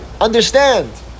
understand